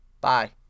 bye